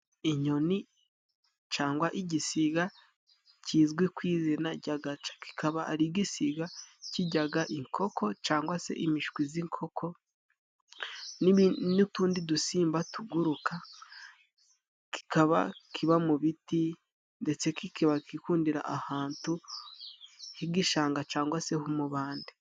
Inyoni cangwa igisiga kizwi ku izina jy'agaca kikaba ari igisiga kijyaga inkoko cangwa se imishwi z'inkoko n'utundi dusimba tuguruka kikaba kiba mu biti ndetse kikaba kikundira ahantu h'igishanga cangwa se h'umubande.